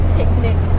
picnic